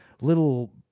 little